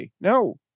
No